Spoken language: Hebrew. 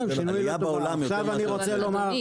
כן, היה בעולם יותר מאשר אצלנו.